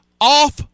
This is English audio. off